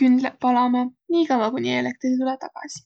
kündleq palama nii kavva, kuni eelektri tulõ tagasi.